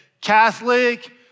Catholic